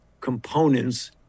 components